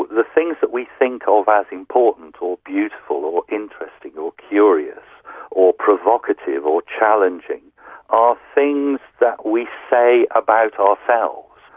the things that we think of as important or beautiful or interesting or curious or provocative or challenging are things that we say about ourselves,